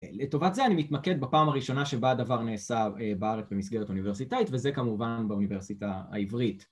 לטובת זה אני מתמקד בפעם הראשונה שבה הדבר נעשה בארץ במסגרת אוניברסיטאית וזה כמובן באוניברסיטה העברית